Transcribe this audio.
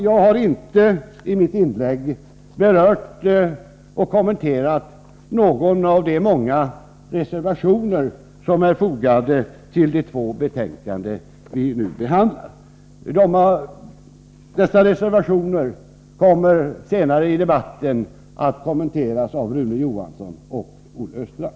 Jag har i mitt inlägg inte berört och kommenterat någon av de många reservationer som är fogade till de två betänkanden vi nu behandlar. Dessa reservationer kommer senare i debatten att kommenteras av Rune Johansson och Olle Östrand.